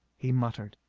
he muttered.